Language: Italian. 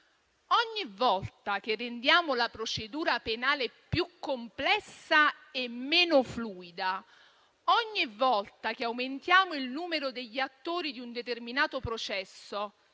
Ogni volta che rendiamo la procedura penale più complessa e meno fluida; ogni volta che aumentiamo il numero degli attori di un determinato processo,